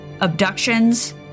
abductions